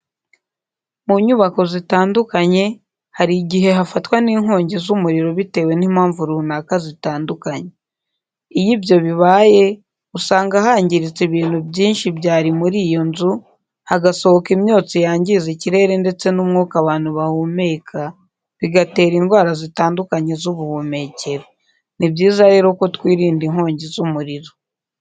Munyubako zitandukanye, harigihe hafatwa n'inkongi z'umuriro bitewe n'impanvu runaka zitandukanye. Iyo ibyo bibaye, usanga hangiritse ibintu byinshi byarimuriyonzu, hagasohoka imyotsi yangiza ikirere ndetse n'umwuka abantu bahumeka bigatera indwara zitandukanye z'ubuhumekero. Nibyiza rero ko twirinda inkongi z'umuriro.